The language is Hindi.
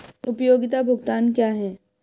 उपयोगिता भुगतान क्या हैं?